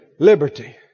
Liberty